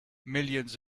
millions